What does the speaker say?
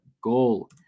goal